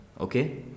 okay